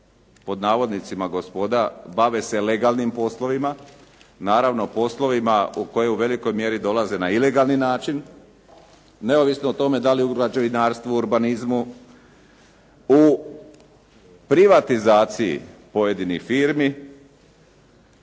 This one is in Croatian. i uvažen "gospoda" bave se legalnim poslovima. Naravno poslovima u kojoj u velikoj mjeri dolaze na ilegalan način, neovisno o tome dali u građevinarstvu, urbanizmu u privatizaciji pojedinih firmi,